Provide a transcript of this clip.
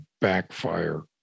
backfire